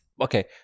okay